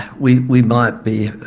we we might be